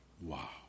Wow